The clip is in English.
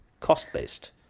cost-based